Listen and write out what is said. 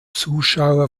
zuschauer